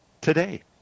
today